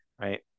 right